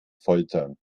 folter